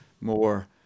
more